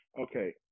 Okay